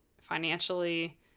financially